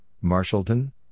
Marshallton